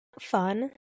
fun